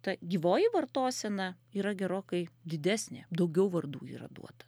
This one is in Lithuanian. ta gyvoji vartosena yra gerokai didesnė daugiau vardų yra duota